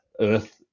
earth